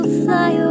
fly